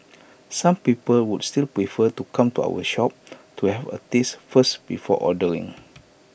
some people would still prefer to come to our shop to have A taste first before ordering